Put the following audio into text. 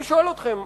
אני שואל אתכם,